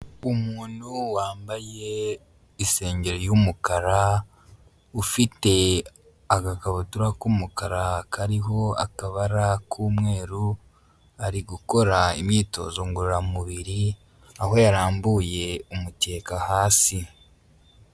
Umuntu wambaye insengeri y'umukara, ufite agakabutura k'umukara kariho akabara k'umweru, ari gukora imyitozo ngororamubiri, aho yarambuye amucyeka hasi.